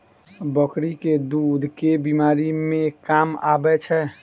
बकरी केँ दुध केँ बीमारी मे काम आबै छै?